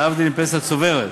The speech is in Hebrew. להבדיל מפנסיה צוברת,